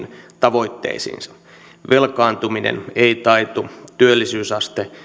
tavoitteisiinsa velkaantuminen ei taitu työllisyysaste